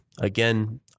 again